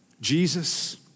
Jesus